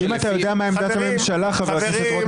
חברים,